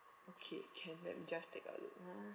okay can let me just take a look ah